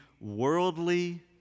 worldly